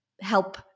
help